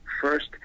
first